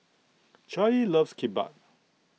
Charley loves Kimbap